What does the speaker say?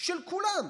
של כולם.